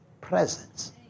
presence